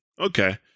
Okay